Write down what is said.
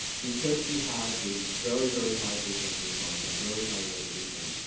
because you have these very, very high frequency response and very high resolution,